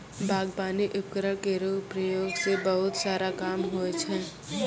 बागबानी उपकरण केरो प्रयोग सें बहुत सारा काम होय छै